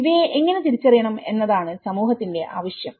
ഇവയെ എങ്ങനെ തിരിച്ചറിയണം എന്നതാണ് സമൂഹത്തിന്റെ ആവശ്യം